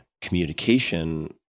communication